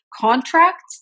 contracts